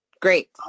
great